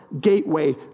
gateway